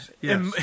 Yes